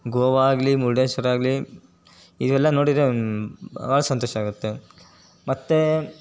ಗೋವಾ ಆಗಲಿ ಮುರುಡೇಶ್ವರ ಆಗಲಿ ಇವೆಲ್ಲ ನೋಡಿದರೆ ಭಾಳ ಸಂತೋಷ ಆಗುತ್ತೆ ಮತ್ತು